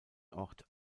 ort